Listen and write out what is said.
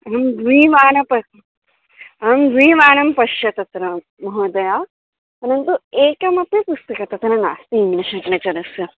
अहं द्विवारम् अहं द्विवारं पश्य तत्र महोदया परन्तु एकमपि पुस्तकं तथा नास्ति इङ्ग्लिष् लित्रेचरस्य